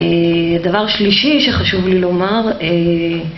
הדבר שלישי שחשוב לי לומר